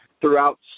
throughout